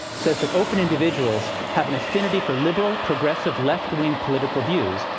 says that open individuals have an affinity for liberal, progressive, left-wing political views.